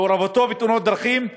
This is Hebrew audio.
ומעורבותו בתאונות דרכים,